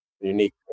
unique